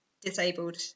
disabled